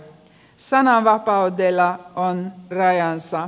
sananvapaudella on rajansa